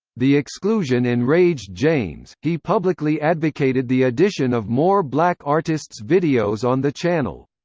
the exclusion enraged james he publicly advocated the addition of more black artists' videos on the channel.